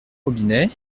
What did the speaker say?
robinet